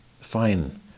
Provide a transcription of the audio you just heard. fine